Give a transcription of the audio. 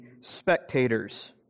spectators